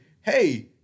hey